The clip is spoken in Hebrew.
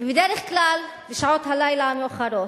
בדרך כלל בשעות הלילה המאוחרות.